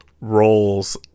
rolls